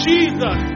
Jesus